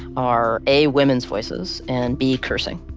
are a women's voices and b cursing.